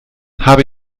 habe